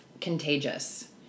contagious